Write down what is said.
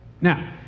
Now